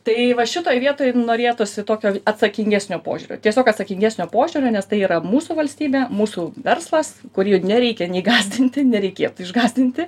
tai va šitoj vietoj norėtųsi tokio atsakingesnio požiūrio tiesiog atsakingesnio požiūrio nes tai yra mūsų valstybė mūsų verslas kurį nereikia nei gąsdinti nereikėtų išgąsdinti